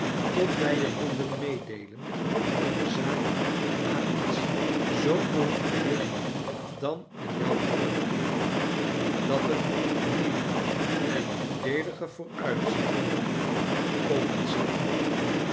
tot wij je konden meedeelen dat de zaak aan niets zoo'n behoefte heel't dan aan jou terugkeer dat er nieuwe en voordeelige vooruitzichten geopend zijn